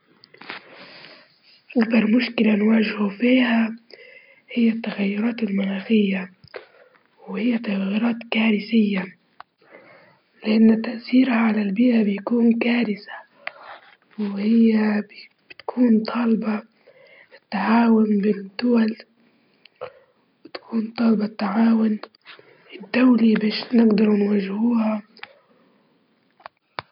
إيه الفن يمكن يكون له تأثير سلبي، هذا إذا كان يروج أفكار سلبية أو ترويج للعنف أو الكراهية، لازم يكون الفن في خدمة المجتمع والمشاعر الإيجابية ولما بتكون أفكار تافهة أو بيولي الفن هابط.